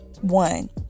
one